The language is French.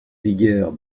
vigueur